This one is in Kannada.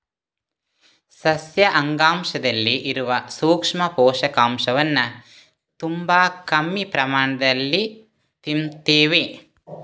ಸಸ್ಯ ಅಂಗಾಂಶದಲ್ಲಿ ಇರುವ ಸೂಕ್ಷ್ಮ ಪೋಷಕಾಂಶವನ್ನ ತುಂಬಾ ಕಮ್ಮಿ ಪ್ರಮಾಣದಲ್ಲಿ ತಿಂತೇವೆ